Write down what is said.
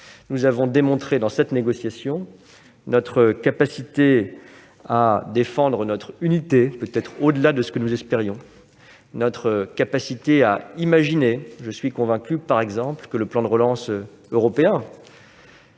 Nous avons démontré, dans cette négociation, notre capacité à défendre notre unité- peut-être au-delà de ce que nous espérions -, notre capacité à imaginer. Je suis convaincu que le plan de relance européen,